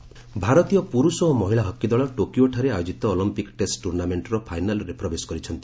hockey ଭାରତୀୟ ପୁରୁଷ ଓ ମହିଳା ହକି ଦଳ ଟୋକିଓଠାରେ ଆୟୋଜିତ ଅଲମ୍ପିକ୍ ଟେଷ୍ଟ ଟୁର୍ଣ୍ଣାମେଣ୍ଟର ଫାଇନାଲ୍ରେ ପ୍ରବେଶ କରିଛନ୍ତି